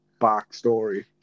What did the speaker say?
backstory